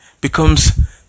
becomes